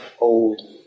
old